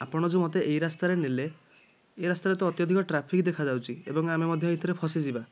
ଆପଣ ଯେଉଁ ମୋତେ ଏହି ରାସ୍ତାରେ ନେଲେ ଏଇ ରାସ୍ତାରେ ତ ଅତ୍ୟଧିକ ଟ୍ରାଫିକ୍ ଦେଖାଯାଉଛି ଏବଂ ଆମେ ମଧ୍ୟ ଏଥିରେ ଫସିଯିବା